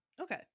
Okay